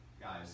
guys